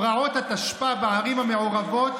פרעות התשפ"א בערים המעורבות